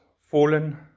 fallen